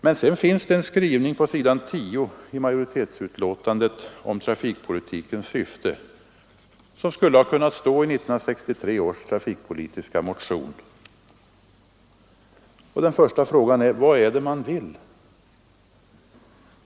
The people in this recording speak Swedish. Men sedan finns det en skrivning på s. 10 i majoritetsutlåtandet om trafikpolitikens syfte, som skulle kunnat stå i 1963 års trafikpolitiska motioner. Den första frågan man ställer sig är: Vad är det utskottsmajoriteten vill?